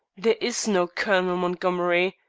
there is no colonel montgomery.